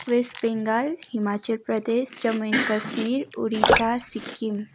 West Bengal Himachal Pradesh Jammu and Kashmir Orissa Sikkim